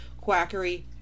quackery